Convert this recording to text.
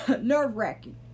nerve-wracking